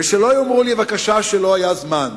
ושלא יאמרו לי בבקשה, שלא היה זמן.